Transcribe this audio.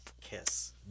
kiss